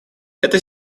эта